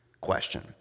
question